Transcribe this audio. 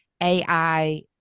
AI